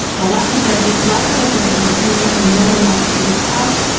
the less of their it less of it there is within, the more there must be without.